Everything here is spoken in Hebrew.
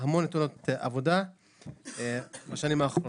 המון תאונות עבודה בשנים האחרונות.